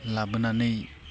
लाबोनानै